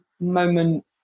moment